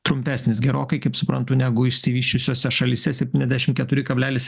trumpesnis gerokai kaip suprantu negu išsivysčiusiose šalyse septyniadešim keturi kablelis